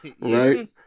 right